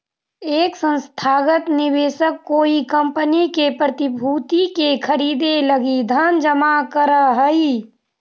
एक संस्थागत निवेशक कोई कंपनी के प्रतिभूति के खरीदे लगी धन जमा करऽ हई